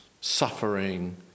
suffering